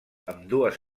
ambdues